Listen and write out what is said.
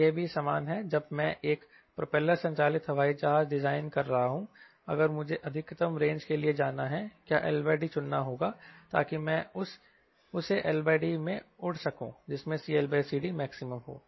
तो यह भी समान है जब मैं एक प्रोपेलर संचालित हवाई जहाज डिजाइन कर रहा हूं अगर मुझे अधिकतम रेंज के लिए जाना है क्या LD चुनना होगा ताकि मैं उसे LD मैं उड़ सकूं जिसमें CLCDmax हो